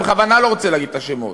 אני בכוונה לא רוצה להגיד את השמות,